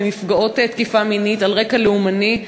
לנפגעות תקיפה מינית על רקע לאומני,